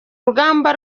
urugamba